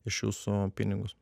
iš jūsų pinigus